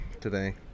today